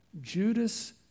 Judas